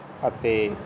ਅਤੇ